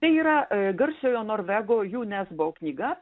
tai yra garsiojo norvego ju nesbo knyga